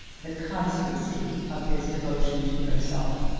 the constancy of his devotion to herself.